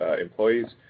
employees